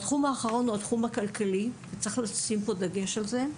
התחום הכלכלי - אני אשמח לשים פה דגש על זה.